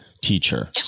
teacher